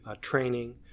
training